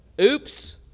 Oops